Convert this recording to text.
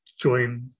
Join